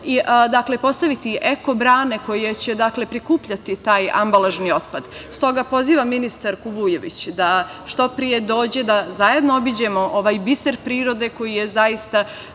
i postaviti eko brane, koje će prikupljati taj ambalažni otpad. Stoga pozivam ministarku Vujović da što pre dođe da zajedno obiđemo ovaj biser prirode koji je zaista